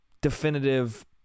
definitive